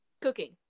Cooking